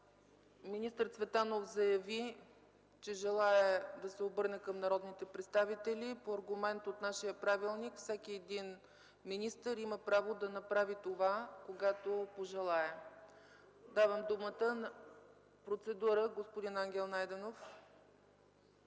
Министър Цветанов заяви, че желае да се обърне към народните представители. По аргумент от нашия правилник всеки министър има право да направи това, когато пожелае. Процедура – господин Ангел Найденов.